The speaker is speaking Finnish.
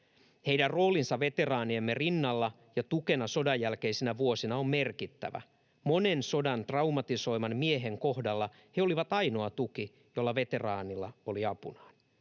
”Heidän roolinsa veteraaniemme rinnalla ja tukena sodanjälkeisinä vuosina on merkittävä. Monen sodan traumatisoiman miehen kohdalla he olivat ainoa tuki, joka veteraanilla oli apunaan.